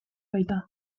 baita